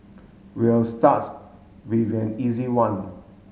we'll starts with an easy one